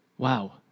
Wow